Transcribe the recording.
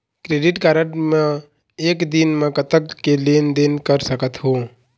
Credit card मे एक दिन म कतक के लेन देन कर सकत हो?